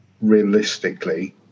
realistically